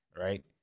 right